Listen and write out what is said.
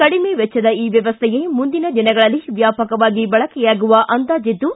ಕಡಿಮೆ ವೆಚ್ಚದ ಈ ವ್ಯವಸ್ಥೆಯೇ ಮುಂದಿನ ದಿನಗಳಲ್ಲಿ ವ್ಯಾಪಕವಾಗಿ ಬಳಕೆಯಾಗುವ ಅಂದಾಜಿದ್ದು